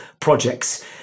projects